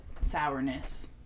sourness